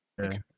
Okay